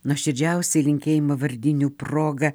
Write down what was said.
nuoširdžiausi linkėjimai vardinių proga